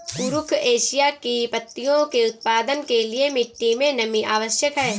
कुरुख एशिया की पत्तियों के उत्पादन के लिए मिट्टी मे नमी आवश्यक है